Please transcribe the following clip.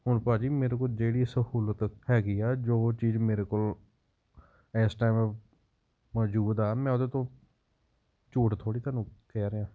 ਹੁਣ ਭਾਅ ਜੀ ਮੇਰੇ ਕੋਲ ਜਿਹੜੀ ਸਹੂਲਤ ਹੈਗੀ ਆ ਜੋ ਚੀਜ਼ ਮੇਰੇ ਕੋਲ ਇਸ ਟਾਈਮ ਮੌਜੂਦ ਆ ਮੈਂ ਉਹਦੇ ਤੋਂ ਝੂਠ ਥੋੜ੍ਹੀ ਤੁਹਾਨੂੰ ਕਹਿ ਰਿਹਾਂ